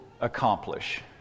accomplish